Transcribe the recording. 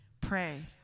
pray